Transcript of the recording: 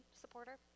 supporter